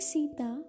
Sita